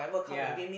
ya